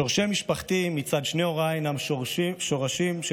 שורשי משפחתי מצד שני הוריי הינם שורשים של